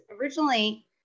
originally